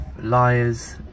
liars